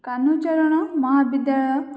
କାହ୍ନୁଚରଣ ମହାବିଦ୍ୟାଳୟ